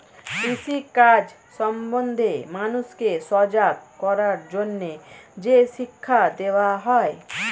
কৃষি কাজ সম্বন্ধে মানুষকে সজাগ করার জন্যে যে শিক্ষা দেওয়া হয়